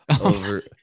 over